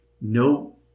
No